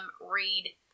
read